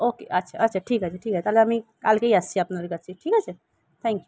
ওকে আচ্ছা আচ্ছা ঠিক আছে ঠিক আছে তাহলে আমি কালকেই আসছি আপনার কাছে ঠিক আছে থ্যাঙ্ক ইউ